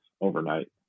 overnight